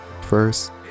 First